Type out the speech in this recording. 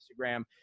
Instagram